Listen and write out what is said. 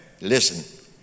listen